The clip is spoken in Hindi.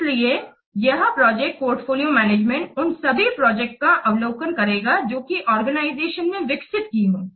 इसलिए यह प्रोजेक्ट पोर्टफोलियो मैनेजमेंट उन सभी प्रोजेक्ट का अवलोकन करेगा जो कि ऑर्गेनाइजेशन ने विकसित की हो